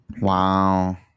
Wow